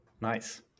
Nice